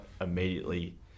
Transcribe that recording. immediately